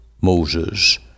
Moses